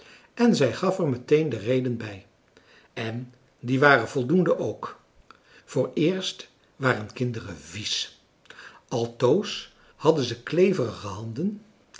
en zij gaf er meteen de redenen bij en die waren voldoende ook vooreerst waren kinderen vies altoos hadden ze kleverige handen